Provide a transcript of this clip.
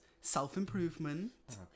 self-improvement